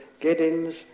Giddens